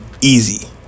easy